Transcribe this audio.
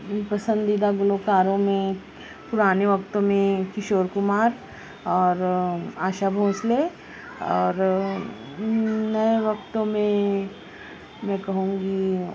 پسندیدہ گلوکاروں میں پرانے وقتوں میں کشور کمار اور آشا بھونسلے اور نئے وقتوں میں میں کہوں گی